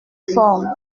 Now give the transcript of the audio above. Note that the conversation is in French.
forme